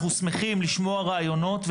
אנחנו שמחים לשמוע רעיונות.